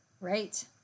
right